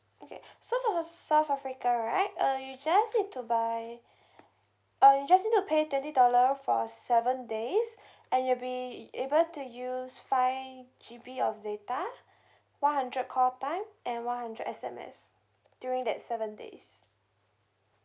okay so for south africa right uh you just need to buy uh you just need to pay twenty dollar for seven days and you'll be able to use five G_B of data one hundred call time and one hudnred S_M_S during that seven days